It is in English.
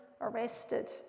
arrested